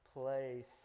place